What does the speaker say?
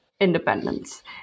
independence